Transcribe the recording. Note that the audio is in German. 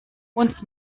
uns